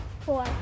Four